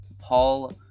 Paul